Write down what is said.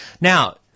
Now